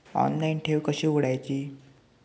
Online ठेव कशी उघडायची?